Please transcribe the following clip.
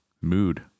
mood